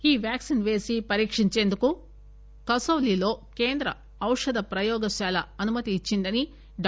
ఈ వ్యాక్సిన్ పేసి పరీక్షించేందుకు కసాలిలో కేంద్ర ఔషధ ప్రయోగశాల అనుమతి ఇచ్చిందని డా